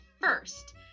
first